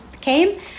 came